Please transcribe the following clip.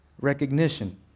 recognition